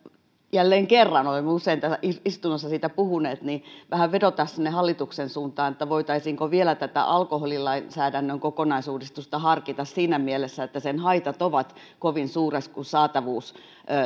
jälleen kerran olemme usein täällä istunnossa siitä puhuneet vähän vedota sinne hallituksen suuntaan voitaisiinko vielä tätä alkoholilainsäädännön kokonaisuudistusta harkita siinä mielessä että sen haitat ovat kovin suuret kun saatavuus